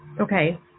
Okay